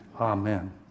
Amen